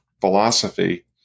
philosophy